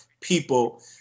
people